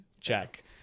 check